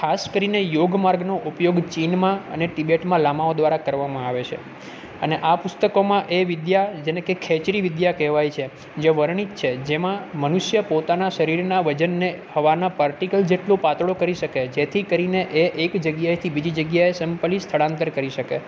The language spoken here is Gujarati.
ખાસ કરીને યોગ માર્ગનો ઉપયોગ ચીનમાં અને તિબેટમાં લામાઓ દ્વારા કરવામાં આવે છે અને આ પુસ્તકોમાં એ વિદ્યા જેને કે ખેંચરી વિધ્યા કેવાય છે જે વર્ણીત છે જેમાં મનુષ્ય પોતાના શરીરના વજનને હવાના પાર્ટીકલ જેટલું પાતળો કરી શકે જેથી કરીને એ એક જગ્યાએથી બીજી જગ્યાએ સિમ્પલી સ્થળાંતરીત કરી શકે